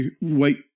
wait